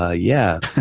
ah yeah.